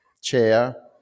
chair